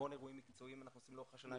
המון אירועים מקצועיים אנחנו עושים לאורך השנה,